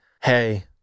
hey